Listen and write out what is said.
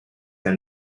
and